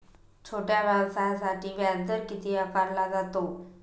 छोट्या व्यवसायासाठी व्याजदर किती आकारला जातो?